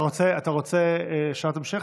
אתה רוצה שאלת המשך?